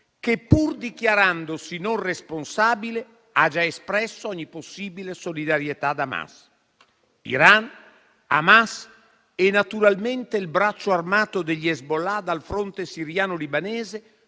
che, pur dichiarandosi non responsabile, ha già espresso ogni possibile solidarietà ad Hamas. Iran, Hamas e naturalmente il braccio armato degli Hezbollah dal fronte siriano libanese